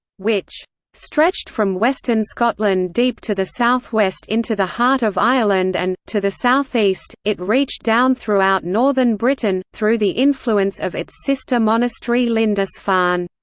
which stretched from western scotland deep to the southwest into the heart of ireland and, to the southeast, it reached down throughout northern britain, through the influence of its sister monastery lindisfarne.